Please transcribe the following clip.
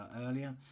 earlier